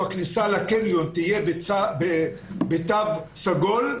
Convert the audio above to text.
הכניסה לקניון תהיה בתו סגול.